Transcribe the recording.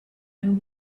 him